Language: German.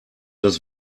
das